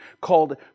called